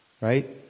Right